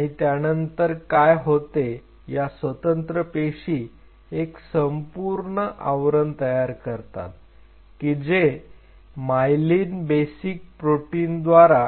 आणि त्यानंतर काय होते या स्वतंत्र पेशी एक संपूर्ण आवरण तयार करतात की जे मायलिन बेसिक प्रोटीनद्वारा